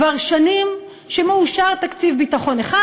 כבר שנים שמאושר תקציב ביטחון אחד,